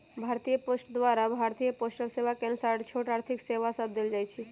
भारतीय पोस्ट द्वारा भारतीय पोस्टल सेवा के अनुसार छोट आर्थिक सेवा सभ देल जाइ छइ